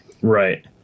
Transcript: right